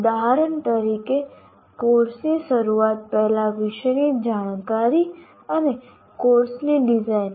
ઉદાહરણ તરીકે કોર્સની શરૂઆત પહેલા વિષયની જાણકારી અને કોર્સની ડિઝાઇન